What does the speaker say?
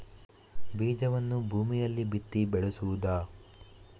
ಬೀಜವನ್ನು ಭೂಮಿಯಲ್ಲಿ ಬಿತ್ತಿ ಬೆಳೆಸುವುದಾ?